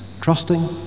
Trusting